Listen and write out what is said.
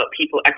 people